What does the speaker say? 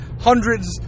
hundreds